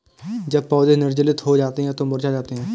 जब पौधे निर्जलित हो जाते हैं तो मुरझा जाते हैं